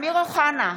אמיר אוחנה,